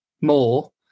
more